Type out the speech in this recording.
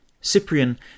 Cyprian